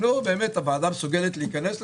הוועדה מסוגלת להיכנס לזה?